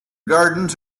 gardens